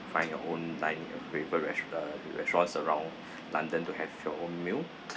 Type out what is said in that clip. find your own time you preferred resh~ uh restaurants around london to have your own meal